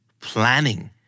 planning